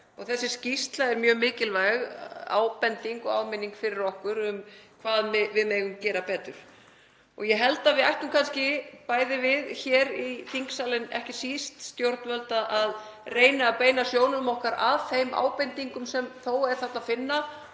og þessi skýrsla er mjög mikilvæg ábending og áminning fyrir okkur um hvað við megum gera betur. Ég held að við ættum kannski, bæði við hér í þingsal en ekki síst stjórnvöld, að reyna að beina sjónum okkar að þeim ábendingum sem þarna er þó að finna